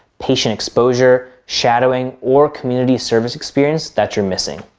patient exposure, shadowing, or community service experience that you're missing.